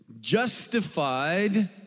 justified